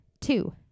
Two